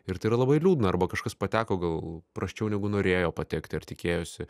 ir tai yra labai liūdna arba kažkas pateko gal prasčiau negu norėjo patekti ar tikėjosi